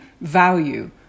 value